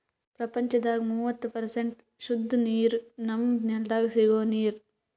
ಪ್ರಪಂಚದಾಗ್ ಮೂವತ್ತು ಪರ್ಸೆಂಟ್ ಸುದ್ದ ನೀರ್ ನಮ್ಮ್ ನೆಲ್ದಾಗ ಸಿಗೋ ನೀರ್